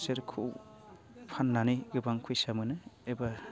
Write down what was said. खुसेरखौ फाननानै गोबां फैसा मोनो एबा